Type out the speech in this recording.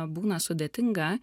būna sudėtinga